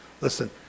Listen